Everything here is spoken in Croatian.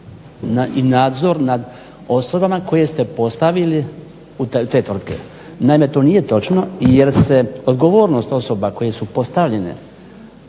i nadzor nad osobama koje ste postavili u te tvrtke. Naime, to nije točno jer se odgovornost osoba koje su postavljene